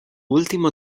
último